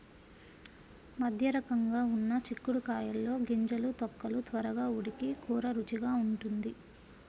మధ్యరకంగా ఉన్న చిక్కుడు కాయల్లో గింజలు, తొక్కలు త్వరగా ఉడికి కూర రుచిగా ఉంటుంది